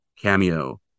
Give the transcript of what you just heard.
cameo